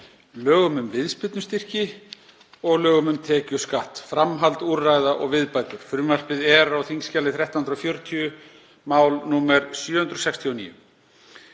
lögum um viðspyrnustyrki og lögum um tekjuskatt, framhald úrræða og viðbætur. Frumvarpið er á þskj. 1340 og er mál nr. 769.